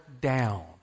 down